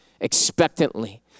expectantly